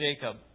Jacob